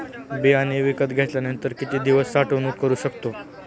बियाणे विकत घेतल्यानंतर किती दिवस साठवणूक करू शकतो?